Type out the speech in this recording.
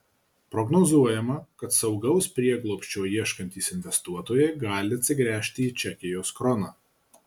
prognozuojama kad saugaus prieglobsčio ieškantys investuotojai gali atsigręžti į čekijos kroną